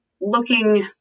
looking